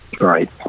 right